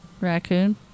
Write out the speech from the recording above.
raccoon